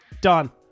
Done